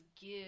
give